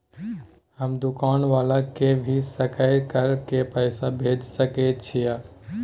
हम दुकान वाला के भी सकय कर के पैसा भेज सके छीयै?